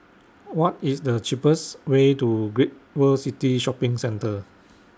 What IS The cheapest Way to Great World City Shopping Centre